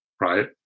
right